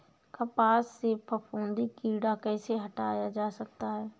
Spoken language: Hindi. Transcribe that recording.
कपास से फफूंदी कीड़ा कैसे हटाया जा सकता है?